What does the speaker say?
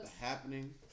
happening